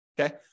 Okay